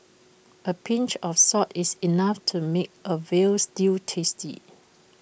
A pinch of salt is enough to make A Veal Stew tasty